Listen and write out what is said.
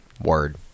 Word